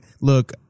look